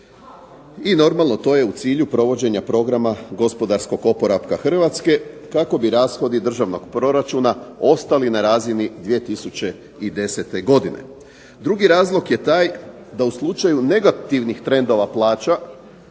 I normalno to je u cilju provođenja programa gospodarskog oporavka Hrvatske kako bi rashodi državnog proračuna ostali na razini 2010. godine. Drugi razlog je taj da u slučaju negativnih trendova plaća